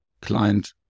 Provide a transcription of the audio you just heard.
client